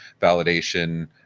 validation